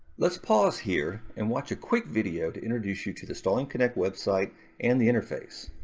let's pause here and watch a quick video to introduce you to the starling connect website and the interface.